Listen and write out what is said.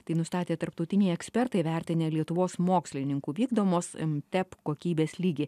tai nustatė tarptautiniai ekspertai vertinę lietuvos mokslininkų vykdomos mtep kokybės lygį